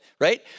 Right